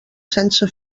sense